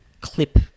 clip